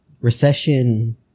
recession